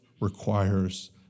requires